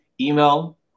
email